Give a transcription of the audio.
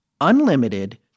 unlimited